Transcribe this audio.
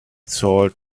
salt